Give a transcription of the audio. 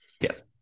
Yes